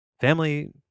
Family